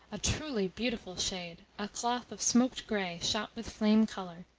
a truly beautiful shade! a cloth of smoked grey, shot with flame colour!